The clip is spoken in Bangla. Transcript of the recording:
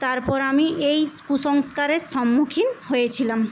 তারপর আমি এই কুসংস্কারের সম্মুখীন হয়েছিলাম